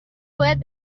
باید